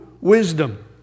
wisdom